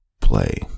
play